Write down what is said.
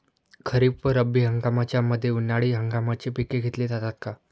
खरीप व रब्बी हंगामाच्या मध्ये उन्हाळी हंगामाची पिके घेतली जातात का?